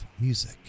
music